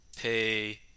pay